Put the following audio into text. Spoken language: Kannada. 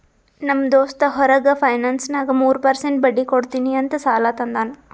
ನಮ್ ದೋಸ್ತ್ ಹೊರಗ ಫೈನಾನ್ಸ್ನಾಗ್ ಮೂರ್ ಪರ್ಸೆಂಟ್ ಬಡ್ಡಿ ಕೊಡ್ತೀನಿ ಅಂತ್ ಸಾಲಾ ತಂದಾನ್